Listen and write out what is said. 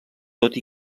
tot